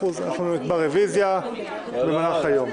מאה אחוז, אנחנו נקבע רביזיה במהלך היום.